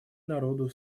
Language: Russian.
народу